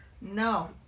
No